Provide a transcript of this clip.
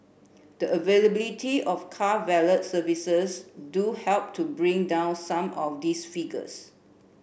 the availability of car valet services do help to bring down some of these figures